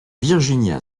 virginia